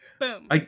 Boom